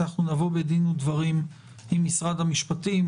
נבוא בדין ודברים עם משרד המשפטים.